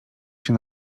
się